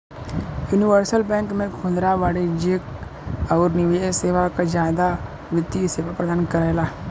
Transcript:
universal bank में खुदरा वाणिज्यिक आउर निवेश सेवा क जादा वित्तीय सेवा प्रदान करला